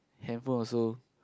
handphone also